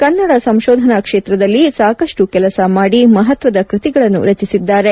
ಕನ್ನಡ ಸಂಶೋಧನಾ ಕ್ಷೇತ್ರದಲ್ಲಿ ಸಾಕಷ್ಟು ಕೆಲಸ ಮಾಡಿ ಮಹತ್ವದ ಕೃತಿಗಳನ್ನು ರಚಿಸಿದ್ದಾರೆ